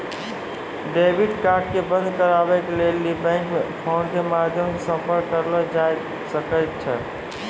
debit card के बंद कराबै के लेली बैंको मे फोनो के माध्यमो से संपर्क करलो जाय सकै छै